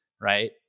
right